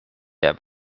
jääb